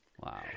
Wow